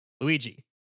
Luigi